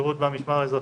בשירות במשמר האזרחי,